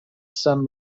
some